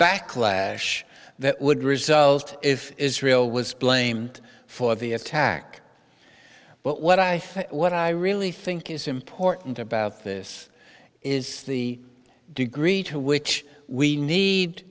backlash that would result if israel was blamed for the attack but what i what i really think is important about this is the degree to which we need